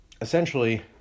essentially